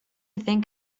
think